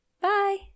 Bye